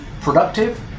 productive